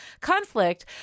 conflict